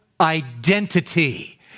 identity